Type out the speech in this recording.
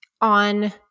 on